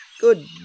good